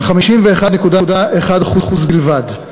על 51.1% בלבד.